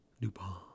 DuPont